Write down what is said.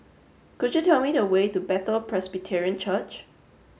could you tell me the way to Bethel Presbyterian Church